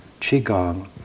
Qigong